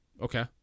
Okay